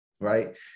right